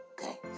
Okay